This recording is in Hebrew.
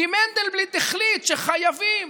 כי מנדלבליט החליט שחייבים.